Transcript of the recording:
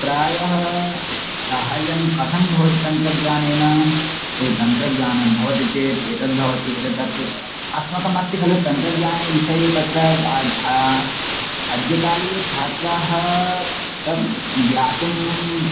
प्रायः साहाय्यं कथं भवति तन्त्रज्ञानेन रि तन्त्रज्ञानं भवति चेत् एतद्भवति एतत् तत् अस्माकम् अस्ति खलु तन्त्रज्ञाने विषये तत्र अद्यकालीन छात्राः तत् ज्ञातुम्